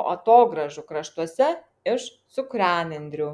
o atogrąžų kraštuose iš cukranendrių